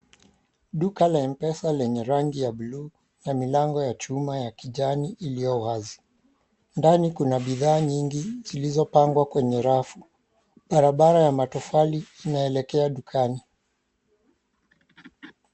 Duka la Mpesa lenye rangi ya buluu na milango ya chuma ya kijani iliyo wazi. Ndani kuna bidhaa nyingi zilizopangwa kwenye rafu. Barabara ya matofali inaelekea dukani.